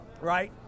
Right